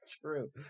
true